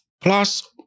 Plus